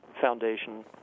foundation